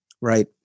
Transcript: right